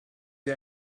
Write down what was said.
sie